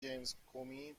جیمزکومی